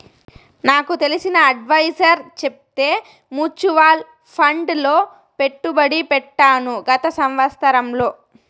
నాకు తెలిసిన అడ్వైసర్ చెప్తే మూచువాల్ ఫండ్ లో పెట్టుబడి పెట్టాను గత సంవత్సరంలో